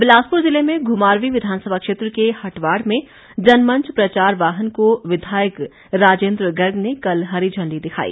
जनमंच बिलासपुर ज़िले में घुमारवीं विधानसभा क्षेत्र के हटवाड़ में जनमंच प्रचार वाहन को विधायक राजेन्द्र गर्ग ने कल हरी झण्डी दिखाई